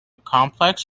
complex